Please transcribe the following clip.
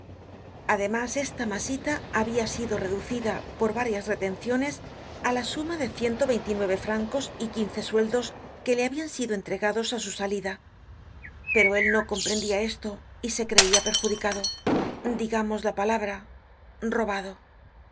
además esta masita habia sido reducida por varias retenciones á la suma de ciento nueve francos y quince sueldos que le habian sido entregados á su salida pero él no comprendia esto y se creia perjudicado digamos la palabra robado al